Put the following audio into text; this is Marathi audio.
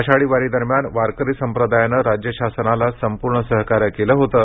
आषाढी वारी दरम्यान वारकरी संप्रदायानं राज्य शासनाला संपूर्ण सहकार्य केलं होतं